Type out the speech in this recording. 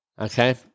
okay